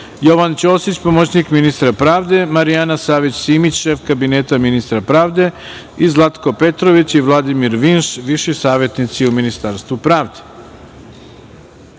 Jovan Ćosić, pomoćnik ministra pravde, Marijana Savić Simić, šef Kabineta ministra pravde i Zlatko Petrović i Vladimir Vinš, viši savetnici u Ministarstvu pravde. Primili